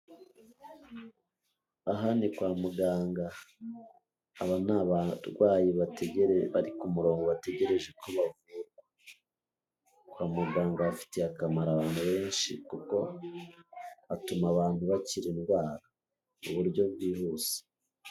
Aha ni kwamuganga, aba n'abarwayi bari kumurongo bategegerejeko bavurwa, kwa muganga hafitiye akamaro abantu benshi, kuko hatuma abantu bakira indwara, muburyo bwihuse.